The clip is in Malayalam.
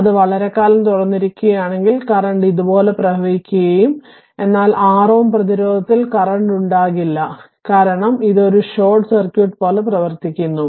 അത് വളരെക്കാലം തുറന്നിരിക്കുകയാണെങ്കിൽ കറന്റ് ഇതുപോലെ പ്രവഹിക്കുകയും എന്നാൽ 6 Ω പ്രതിരോധത്തിൽ കറന്റ് ഉണ്ടാകില്ല കാരണം ഇത് ഒരു ഷോർട്ട് സർക്യൂട്ട് പോലെ പ്രവർത്തിക്കുന്നു